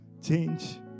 change